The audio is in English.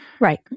Right